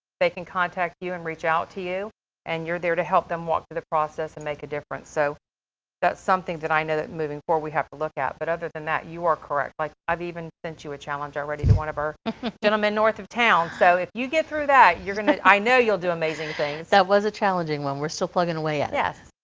they can contact you and reach out to you and you're there to help them walk through the process and make a difference. so that's something that i know that moving for we have to look at, but other than that you are correct. like i've even sent you a challenge are ready, one of our gentlemen north of town so if you get through that you're gonna, i know you'll do amazing things. that was a challenging one. we're still plugging away at it. yes.